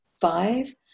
Five